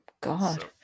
God